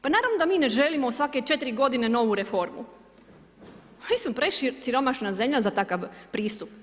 Pa naravno da mi ne želimo sva 4 g. novu reformu, pa mi smo presiromašna zemlja za takav pristup.